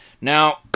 now